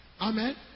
Amen